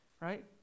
right